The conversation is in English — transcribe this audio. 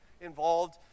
involved